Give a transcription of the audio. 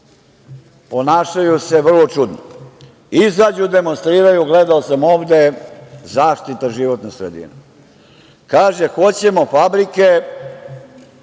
ponašaju se vrlo čudno. Izađu, demonstriraju, gledao sam ovde, zaštita životne sredine. Kaže – hoćemo fabrike,